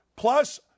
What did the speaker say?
Plus